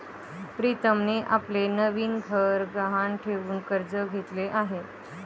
प्रीतमने आपले नवीन घर गहाण ठेवून कर्ज घेतले आहे